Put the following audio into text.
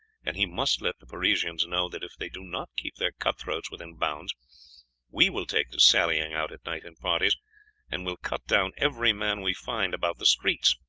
and he must let the parisians know that if they do not keep their cut-throats within bounds we will take to sallying out at night in parties and will cut down every man we find about the streets.